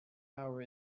hour